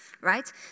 right